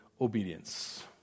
obedience